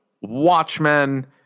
Watchmen